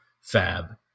fab